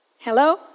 Hello